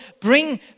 bring